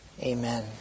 Amen